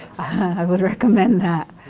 i would recommend that.